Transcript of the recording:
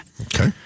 Okay